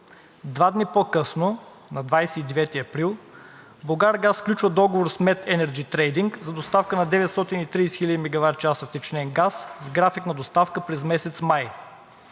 Два дни по-късно, на 29 април, „Булгаргаз“ сключва договор с „МЕТ Енерджи Трейдинг“ за доставка на 930 хиляди мегаватчаса втечнен газ с график на доставка през месец май